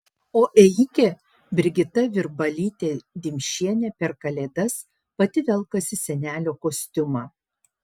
o ėjikė brigita virbalytė dimšienė per kalėdas pati velkasi senelio kostiumą